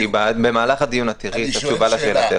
במהלך הדיון תראי את התשובה לשאלתך.